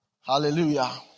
Hallelujah